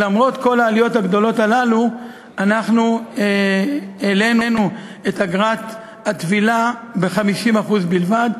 למרות כל העליות הגדולות הללו אנחנו העלינו את אגרת הטבילה ב-50% בלבד,